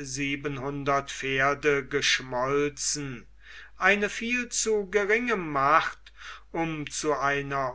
siebenhundert pferde geschmolzen eine viel zu geringe macht um zu einer